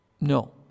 No